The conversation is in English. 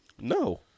No